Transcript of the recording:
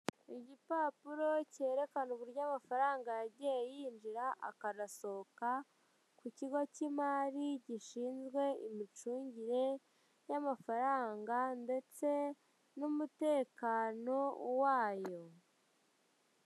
Igipapuro cyerekana uburyo amafrw yagiye yinjira akanasohoka ku kigo cy'imari gishinzwe imicungire y'amafaranga ndetse n'umutekano wayo.